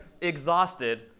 exhausted